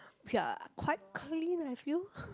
okay ah quite clean I feel